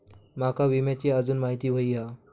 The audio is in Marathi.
माका विम्याची आजून माहिती व्हयी हा?